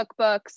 cookbooks